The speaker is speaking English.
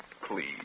Please